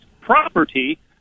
property